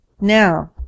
Now